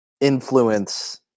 influence